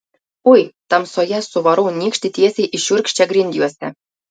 ui tamsoje suvarau nykštį tiesiai į šiurkščią grindjuostę